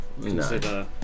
consider